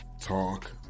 Talk